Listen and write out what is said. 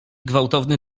gwałtowny